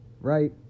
right